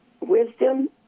wisdom